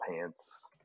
pants